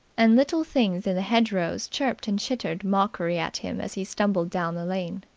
and little things in the hedgerows chirped and chittered mockery at him as he stumbled down the lane.